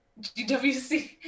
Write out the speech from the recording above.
GWC